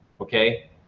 Okay